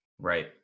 Right